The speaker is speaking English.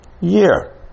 Year